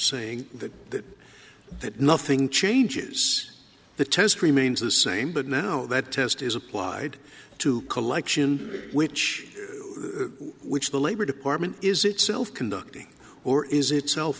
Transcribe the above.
saying that that nothing changes the test remains the same but now that test is applied to collection which which the labor department is itself conducting or is itself